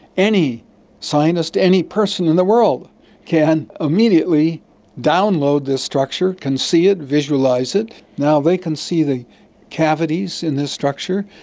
any scientist, any person in the world can immediately download this structure, can see it, visualise it. now they can see the cavities in the structure,